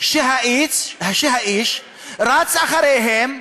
שהאיש רץ אחריהם,